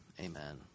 amen